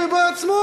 בארץ.